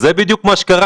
כן, זה בדיוק מה שקרה.